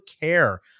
care